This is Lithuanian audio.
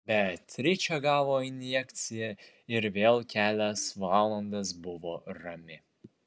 beatričė gavo injekciją ir vėl kelias valandas buvo rami